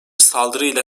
saldırıyla